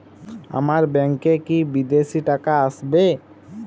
আমার ব্যংকে কি বিদেশি টাকা আসবে?